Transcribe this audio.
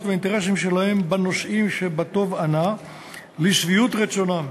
והאינטרסים שלהם בנושאים שבתובענה לשביעות רצונם.